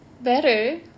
better